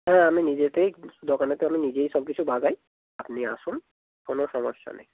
হ্যাঁ আমি নিজেতেই দোকানেতে আমি নিজেই সব কিছু বাগাই আপনি আসুন কোনো সমস্যা নেই